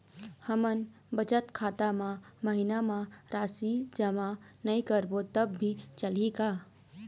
हमन बचत खाता मा महीना मा राशि जमा नई करबो तब भी चलही का?